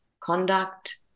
conduct